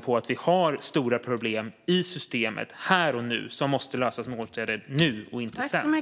på att vi har stora problem i systemet här och nu som måste lösas med åtgärder nu och inte sedan.